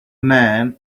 man